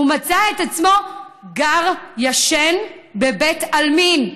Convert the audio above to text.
הוא מצא את עצמו גר, ישן, בבית עלמין.